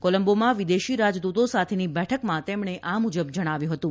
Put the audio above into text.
કોલંબોમાં વિદેશી રાજદ્રતો સાથેની બેઠકમાં તેમણે આ મુજબ જણાવ્યું હતું